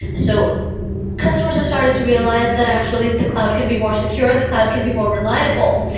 so customers have started to realize that actually the cloud can be more secure, the cloud can be more reliable.